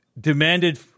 demanded